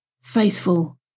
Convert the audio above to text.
faithful